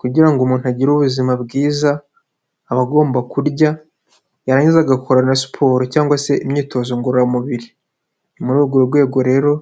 Kugira ngo umuntu agire ubuzima bwiza aba agomba kurya yarangiza agakora na siporo cyangwa se imyitozo ngororamubiri. Ni muri urwo rwego rero